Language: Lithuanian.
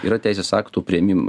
yra teisės aktų priėmim